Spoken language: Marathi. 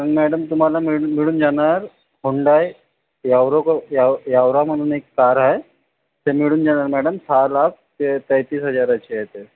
पण मॅडम तुम्हाला मिळून जाणार हुंडाई यावरो यावरा म्हणून एक कार ती ती मिळून जाणार मॅडम सहा लाख पस्तीस हजाराची आहे ती